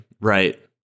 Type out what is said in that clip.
right